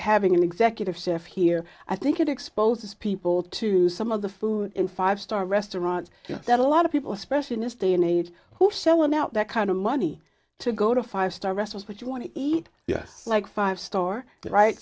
having an executive chef here i think it exposes people to some of the food in five star restaurants that a lot of people especially in this day and age who are selling out that kind of money to go to a five star restaurant what you want to eat yes like five store right